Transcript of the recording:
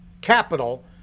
Capital